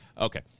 Okay